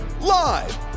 live